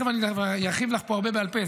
אז תכף אני ארחיב לך פה הרבה בעל פה,